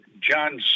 john